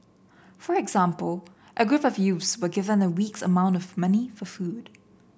for example a group of youths were given a week's amount of money for food